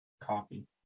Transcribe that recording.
Coffee